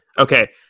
okay